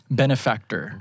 benefactor